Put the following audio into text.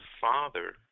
father